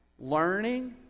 learning